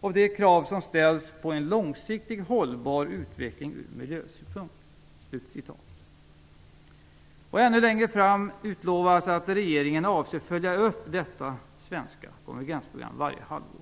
av de krav som ställs på en långsiktigt hållbar utveckling ur miljösynpunkt." Ännu längre fram utlovas att regeringen avser att följa upp detta svenska konvergensprogram varje halvår.